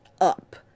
up